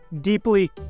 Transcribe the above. deeply